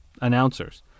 announcers